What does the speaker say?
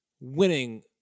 winning